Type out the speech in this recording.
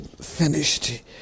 finished